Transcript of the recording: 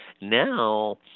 Now